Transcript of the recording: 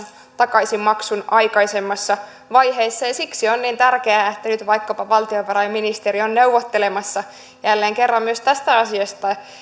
takaisinmaksun aikaisemmassa vaiheessa ja siksi on niin tärkeää että nyt vaikkapa valtiovarainministeri on neuvottelemassa jälleen kerran myös tästä asiasta